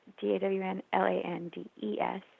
D-A-W-N-L-A-N-D-E-S